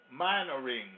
minoring